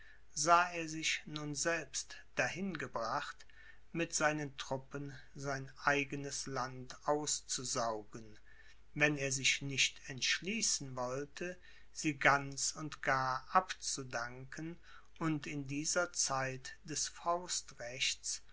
sah er sich nun selbst dahin gebracht mit seinen truppen sein eigenes land auszusaugen wenn er sich nicht entschließen wollte sie ganz und gar abzudanken und in dieser zeit des faustrechts